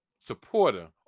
supporter